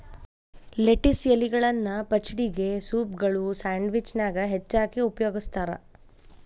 lettuce ಎಲಿಗಳನ್ನ ಪಚಡಿಗೆ, ಸೂಪ್ಗಳು, ಸ್ಯಾಂಡ್ವಿಚ್ ನ್ಯಾಗ ಹೆಚ್ಚಾಗಿ ಉಪಯೋಗಸ್ತಾರ